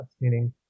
Meaning